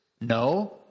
No